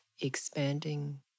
expanding